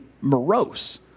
morose